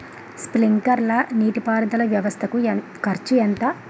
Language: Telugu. స్ప్రింక్లర్ నీటిపారుదల వ్వవస్థ కు ఖర్చు ఎంత?